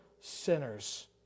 sinners